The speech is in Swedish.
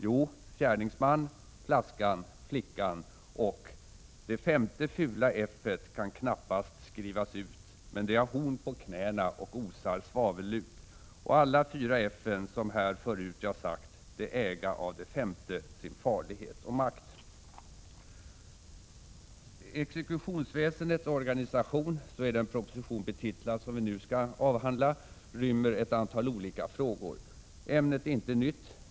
Jo, Fjärdingsman, Flaskan, Flickan och ”Det femte fula F:et kan knappast skrivas ut, men det har horn på knäna och osar svavellut; och alla fyra F:n som här förut jag sagt, de äga av det femte sin farlighet och makt.” Exekutionsväsendets organisation — så är den proposition betitlad som vi nu skall avhandla — rymmer ett antal olika frågor. Ämnet är inte nytt.